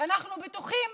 האכיפה אנחנו בטוחים